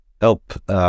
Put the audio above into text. help